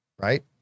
right